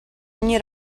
ogni